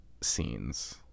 scenes